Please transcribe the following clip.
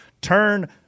turn